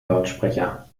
lautsprecher